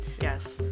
Yes